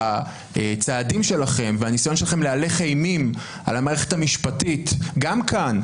והצעדים שלכם והניסיון שלכם להלך אימים על המערכת המשפטית גם כאן,